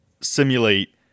simulate